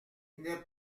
n’est